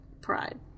pride